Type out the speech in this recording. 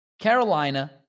Carolina